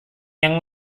yang